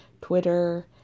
Twitter